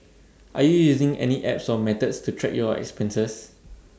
are you using any apps or methods to track your expenses